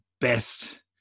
best